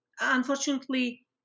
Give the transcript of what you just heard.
Unfortunately